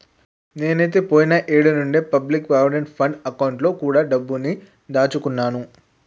నేనైతే పోయిన ఏడు నుంచే పబ్లిక్ ప్రావిడెంట్ ఫండ్ అకౌంట్ లో కూడా డబ్బుని దాచుకున్నాను